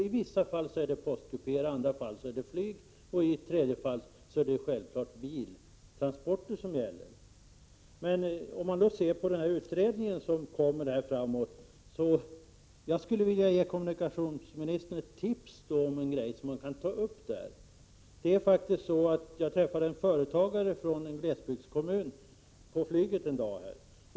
I vissa fall är det postkupéer, i vissa fall flyget och i andra fall biltransporter som är effektivast. Jag vill ge kommunikationsministern ett tips inför tillsättandet av den utredning som skall ta upp dessa frågor. Jag träffade en företagare från en glesbygdskommun på flyget en dag.